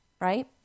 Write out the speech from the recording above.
right